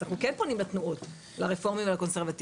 אז אנחנו כן פונים לתנועות לרפורמים ולקונסרבטיבים.